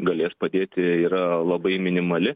galės padėti yra labai minimali